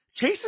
Chase